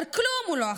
לכלום הוא לא אחראי.